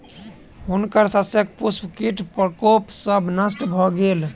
हुनकर शस्यक पुष्प कीट प्रकोप सॅ नष्ट भ गेल